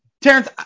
Terrence